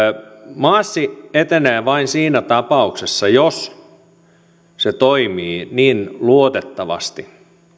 maas etenee vain siinä tapauksessa jos se toimii niin luotettavasti